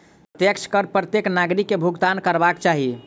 प्रत्यक्ष कर प्रत्येक नागरिक के भुगतान करबाक चाही